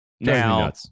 Now